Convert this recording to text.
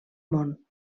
món